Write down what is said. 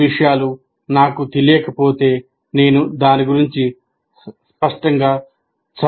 ఈ విషయాలు నాకు తెలియకపోతే నేను దాని గురించి స్పష్టంగా చదవలేదు